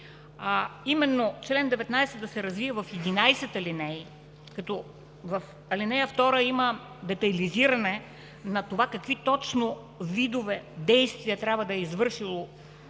именно чл. 19 да се развие в 11 алинеи, като в ал. 2 има детайлизиране на това какви точно видове действия трябва да е извършил